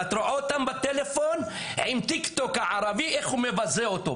את רואה אותם בטלפון עם טיקטוק ערבי מבזה אותו.